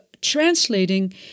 translating